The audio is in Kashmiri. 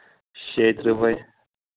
شیٚیہِ ترٛہ وَے